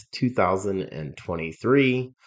2023